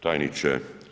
Tajniče.